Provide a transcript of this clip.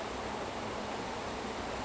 oh ya you get stuck in time for awhile also